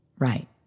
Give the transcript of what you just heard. Right